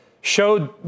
showed